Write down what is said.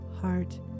heart